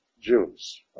Jews